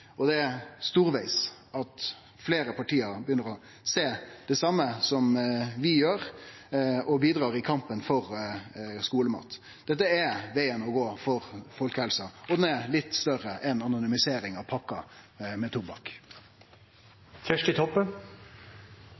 Det er storveges at fleire parti begynner å sjå det same som vi gjer, og bidreg i kampen for skulemat. Dette er vegen å gå for folkehelsa, og han er litt større enn anonymiseringa av